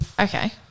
Okay